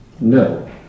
no